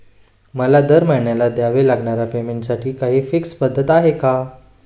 मला दरमहिन्याला द्यावे लागणाऱ्या पेमेंटसाठी काही फिक्स पद्धत आहे का?